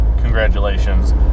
congratulations